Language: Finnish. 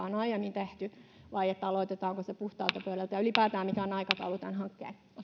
on jo aiemmin tehty vai aloitetaanko se puhtaalta pöydältä ja ylipäätään mikä on aikataulu tämän hankkeen